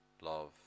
love